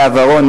לאה ורון,